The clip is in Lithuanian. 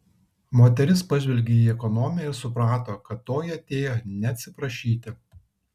moteris pažvelgė į ekonomę ir suprato kad toji atėjo ne atsiprašyti